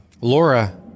Laura